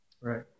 Right